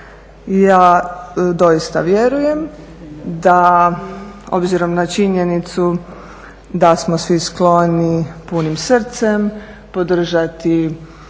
Ja doista vjerujem da obzirom na činjenicu da smo svi skloni punim srcem podržati